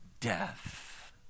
death